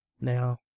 now